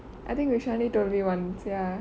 I think vishalini told me once ya